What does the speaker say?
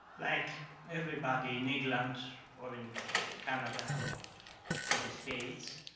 like everybody in england or in canada or in the states,